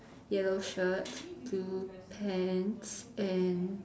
yellow shirt blue pants and